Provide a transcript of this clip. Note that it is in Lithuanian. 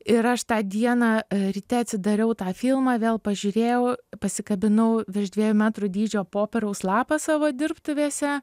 ir aš tą dieną ryte atsidariau tą filmą vėl pažiūrėjau pasikabinau virš dviejų metrų dydžio popieriaus lapą savo dirbtuvėse